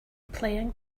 playing